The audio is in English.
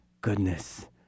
goodness